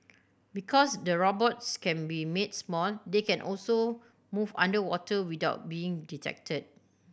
because the robots can be made small they can also move underwater without being detected